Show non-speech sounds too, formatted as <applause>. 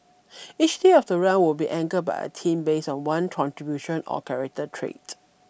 <noise> each day of the run will be anchored by a team based of one contribution or character trait